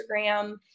Instagram